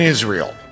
Israel